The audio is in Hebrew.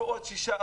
-- ועוד 6%,